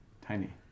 tiny